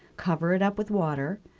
cover it up with water.